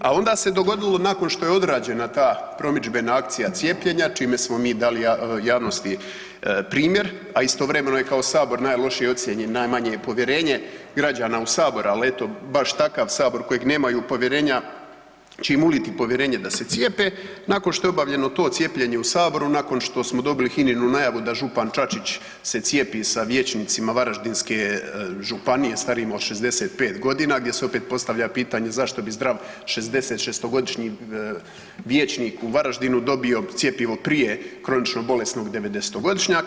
A onda se dogodilo nakon što je odrađena ta promidžbena akcija cijepljenja čime smo mi dali javnosti primjer, a istovremeno je kao sabor najlošije ocijenjen i najmanje je povjerenje građana u sabor, al eto baš takav sabor u kojeg nemaju povjerenja će im uliti povjerenje da se cijepe nakon što je obavljeno to cijepljenje u saboru, nakon što smo dobili HINA-inu najavu da župan Čačić se cijepi sa vijećnicima Varaždinske županije starijim od 65.g. gdje se opet postavlja pitanje zašto bi zdrav 66.-godišnji vijećnik u Varaždinu dobio cjepivo prije kronično bolesnog 90.-godišnjaka?